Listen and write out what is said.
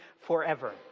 forever